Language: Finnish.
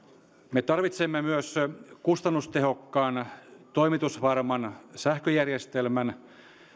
me tarvitsemme myös kustannustehokkaan toimitusvarman sähköjärjestelmän